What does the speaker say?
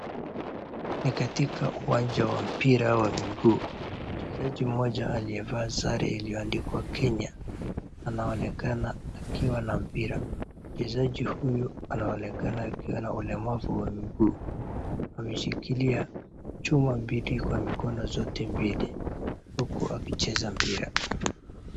Ni katika uwanjwa wa mpira wa miguu. Mchezaji mmoja aliyevaa sare iliyoandikwa Kenya anaonekana akiwa na mpira, mchezaji huyu anaonekana akiwa na ulemavu wa miguu. Ameshikilia chuma mbili kwa mikono zote mbili huku akicheza mpira.